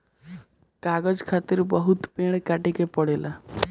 कागज खातिर बहुत पेड़ काटे के पड़ेला